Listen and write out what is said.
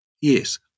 Yes